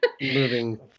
moving